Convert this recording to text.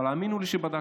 אבל האמינו לי שבדקתי.